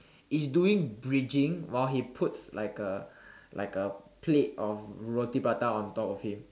is doing bridging while he puts like a like a plate of roti prata on top of him